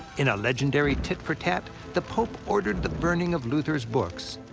in a legendary tit-for-tat, the pope ordered the burning of luther's books,